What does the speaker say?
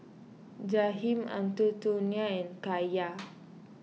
Jaheim Antonio and Kaia